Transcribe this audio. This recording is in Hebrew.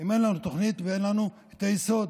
אם אין לנו תוכנית ואין לנו את היסוד.